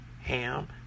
ham